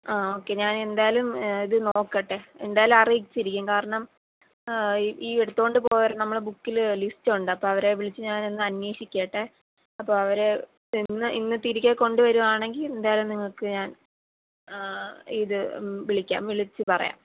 ആ ഓക്കേ ഞാൻ എന്തായാലും ഇത് നോക്കട്ടെ എന്തായാലും അറിയിച്ചിരിക്കും കാരണം ഈ എടുത്തോണ്ട് പോയവർ നമ്മളെ ബുക്കിൽ ലിസ്റ്റ് ഉണ്ട് അപ്പം അവരെ വിളിച്ച് ഞാൻ ഒന്ന് അന്വേഷിക്കട്ടെ അപ്പം അവരെ ഇന്ന് ഇന്ന് തിരികെ കൊണ്ടുവരുവാണെങ്കിൽ എന്തായാലും നിങ്ങൾക്ക് ഞാൻ ആ ആ ഇത് വിളിക്കാം വിളിച്ചു പറയാം